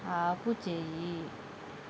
ఆపుచేయి